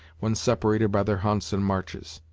when separated by their hunts and marches.